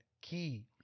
key